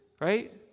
right